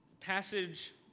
passage